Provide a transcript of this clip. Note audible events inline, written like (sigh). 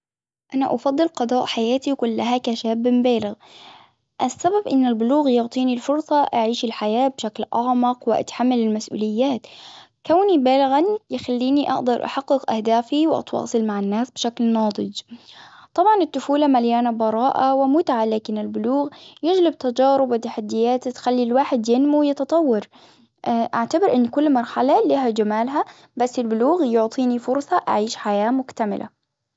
أنا أفضل قضاء حياتي كلها كشاب بالغ، السبب أن البلوغ يعطيني الفرصة أعيش الحياة بشكل أعمق وأتحمل المسئوليات، كوني بالغا يخليني أقدر أحقق أهدافي وأتواصل مع الناس بشكل ناضج، طبعا الطفولة مليانة براءة ومتعة لكن البلوغ يجلب تجارب وتحديات تخلي الواحد ينمو ويتطور، (hesitation) أعتبر أن كل مرحلة لها جمالها بس البلوغ يعطيني فرصة أعيش حياة مكتملة.